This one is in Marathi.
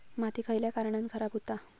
माती खयल्या कारणान खराब हुता?